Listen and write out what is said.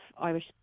Irish